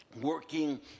working